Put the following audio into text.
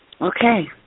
Okay